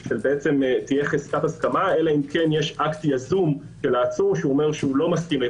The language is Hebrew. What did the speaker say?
תהיה חזקת הסכמה אלא אם כן יש אקט יזום של העצור שאומר שלא מסכים.